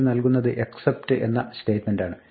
ഇത് നൽകുന്നത് except എന്ന സ്റ്റേറ്റ്മെന്റാണ്